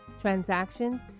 transactions